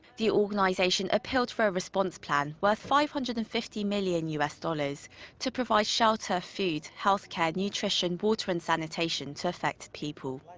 the organization appealed for a response plan worth five hundred and fifty million u s. dollars to provide shelter, food, healthcare, nutrition, water and sanitation to affected people.